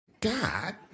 God